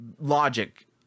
logic